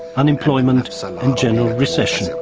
unemployment so and general recession.